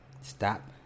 Stop